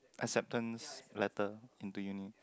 acceptance letter and do you need